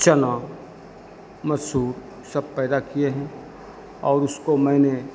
चना मसूर सब पैदा किए हैं और उसको मैंने